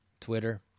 Twitter